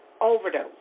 overdose